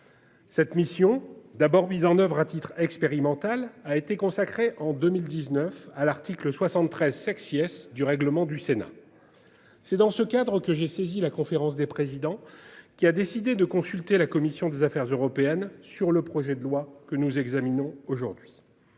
Cette mission d'abord mise en oeuvre à titre expérimental a été consacré en 2019 à l'article 73 sex IS du règlement du Sénat. C'est dans ce cadre que j'ai saisi la conférence des présidents qui a décidé de consulter la commission des Affaires européennes sur le projet de loi que nous examinons aujourd'hui.